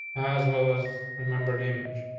as well as remember image.